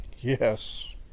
yes